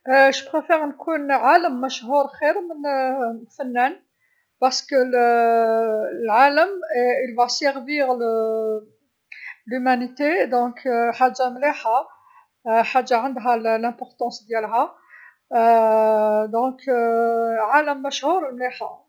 نفضل نكون عالم مشهور خير من فنان على خاطرش العالم راح يخدم الإنسانيه، إذا حاجه مليحه حاجه عندها الأهميه ديالها إذا عالم مشهور مليحه.